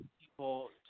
people